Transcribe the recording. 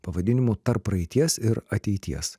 pavadinimu tarp praeities ir ateities